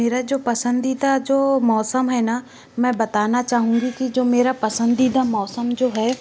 मेरा जो पसंदीदा जो मौसम है ना मैं बताना चाहूँगी कि जो मेरा पसंदीदा मौसम जो है